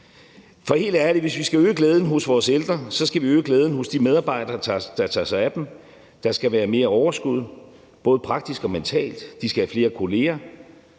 For helt ærligt, hvis vi skal øge glæden hos vores ældre, skal vi øge glæden hos de medarbejdere, der tager sig af dem. Der skal være mere overskud, både praktisk og mentalt, og de skal have flere kolleger.